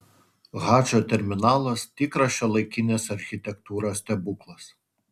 hadžo terminalas tikras šiuolaikinės architektūros stebuklas